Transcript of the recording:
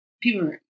people